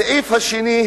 הסעיף השני,